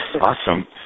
awesome